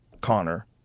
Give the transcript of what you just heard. Connor